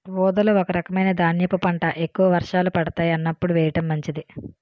ఊదలు ఒక రకమైన ధాన్యపు పంట, ఎక్కువ వర్షాలు పడతాయి అన్నప్పుడు వేయడం మంచిది